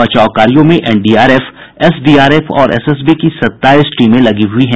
बचाव कार्यों में एनडीआरएफ एसडीआरएफ और एसएसबी की सताईस टीमें लगी हुई हैं